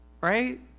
right